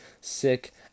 sick